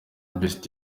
best